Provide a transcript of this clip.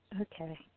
Okay